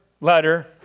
letter